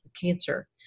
cancer